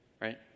right